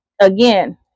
again